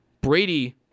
Brady